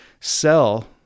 sell